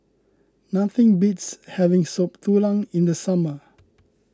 nothing beats having Soup Tulang in the summer